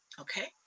okay